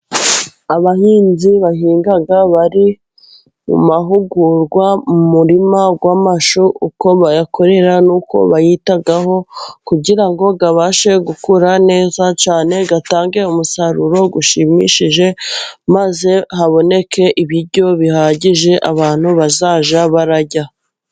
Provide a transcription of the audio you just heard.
Abahinzi bahinga, bari mu mahugurwa mu murima w'amashu, uko bayakorera n'uko bayitaho kugira ngo abashe gukura neza cyane, atange umusaruro ushimishije maze haboneke ibiryo bihagije, abantu bazajya barya.